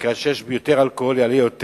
וכאשר יש יותר אלכוהול יעלה יותר.